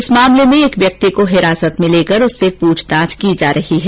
इस मामले से एक व्यक्ति को हिरासत में लेकर उससे पूछताछ की जा रही है